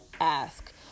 ask